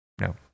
no